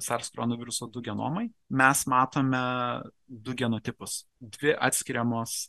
sars koronaviruso du genomai mes matome du genotipus dvi atskiriamos